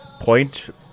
point